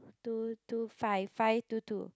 two two five five two two